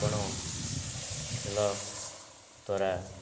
କ'ଣ ଖେଳ ଦ୍ୱାରା